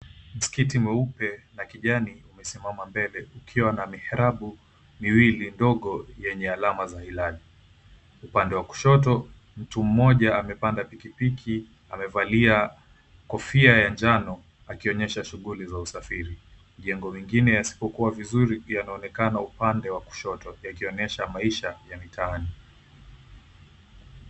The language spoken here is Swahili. Msikiti mweupe na kijani umesimama mbele ukiwa na miharabi miwili ndogo yenye alama za hilali. Upande wa kushoto mtu mmoja amepanda pikipiki amevalia kofia ya njano akionyesha shughuli za usafiri. Majengo mengine yasipokuwa vizuri yanaonekana upande wa kushoto yakionyesha maisha ya mitaani.